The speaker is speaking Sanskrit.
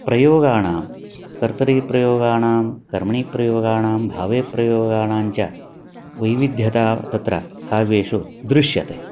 प्रयोगाणां कर्तरीप्रयोगाणां कर्मणिप्रयोगाणां भावेप्रयोगाणां च वैविध्यता तत्र काव्येषु दृश्यते